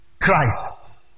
Christ